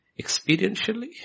experientially